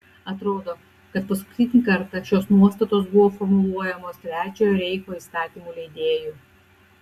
atrodo kad paskutinį kartą šios nuostatos buvo formuluojamos trečiojo reicho įstatymų leidėjų